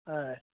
हय